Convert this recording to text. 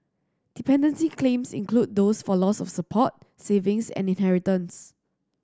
dependency claims include those for loss of support savings and inheritance